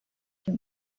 uyu